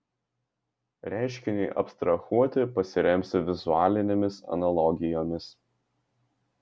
reiškiniui abstrahuoti pasiremsiu vizualinėmis analogijomis